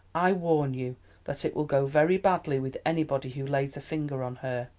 i warn you that it will go very badly with anybody who lays a finger on her.